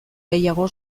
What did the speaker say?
gehiago